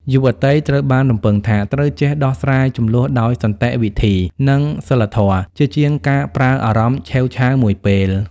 យុវតីត្រូវបានរំពឹងថា ត្រូវចេះ "ដោះស្រាយជម្លោះដោយសន្តិវិធី និងសីលធម៌" ជាជាងការប្រើអារម្មណ៍ឆេវឆាវមួយពេល។